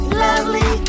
lovely